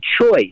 choice